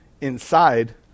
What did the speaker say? inside